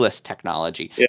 technology